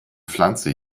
pflanze